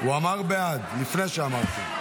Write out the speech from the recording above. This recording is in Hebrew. הוא אמר "בעד" לפני שאמרתי.